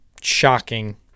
shocking